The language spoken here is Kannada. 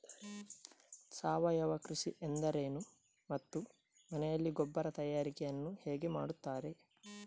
ಸಾವಯವ ಕೃಷಿ ಎಂದರೇನು ಮತ್ತು ಮನೆಯಲ್ಲಿ ಗೊಬ್ಬರ ತಯಾರಿಕೆ ಯನ್ನು ಹೇಗೆ ಮಾಡುತ್ತಾರೆ?